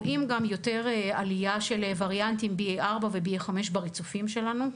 אנחנו רואים גם יותר עלייה של וריאנטים BA.4 ו-BA.5 בריצופים שלנו,